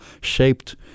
shaped